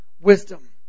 wisdom